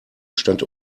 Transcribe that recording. stand